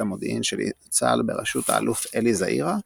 המודיעין של צה"ל בראשות האלוף אלי זעירא,